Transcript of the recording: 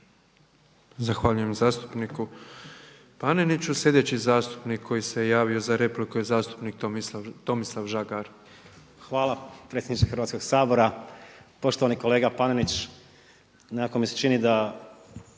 Zahvaljujem zastupniku Paneniću. Sljedeći zastupnik koji se je javio za repliku je zastupnik Tomislav Žagar. **Žagar, Tomislav (SDP)** Hvala predsjedniče Hrvatskoga sabora. Poštovani kolega Panenić, nekako mi se čini da